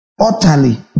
Utterly